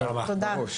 ברגע